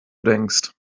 denkst